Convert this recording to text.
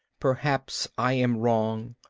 perhaps i am wrong,